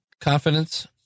confidence